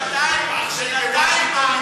בינתיים,